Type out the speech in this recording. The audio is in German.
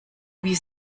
wie